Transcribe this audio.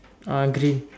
ah green